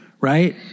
right